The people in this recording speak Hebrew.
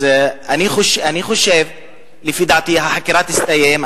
לפי דעתי החקירה תסתיים.